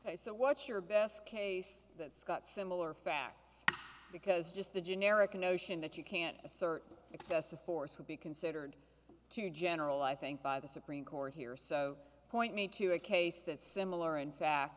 matter so what's your best case that's got similar facts because just the generic notion that you can't assert excessive force would be considered too general i think by the supreme court here so point me to a case that's similar in fact